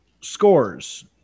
scores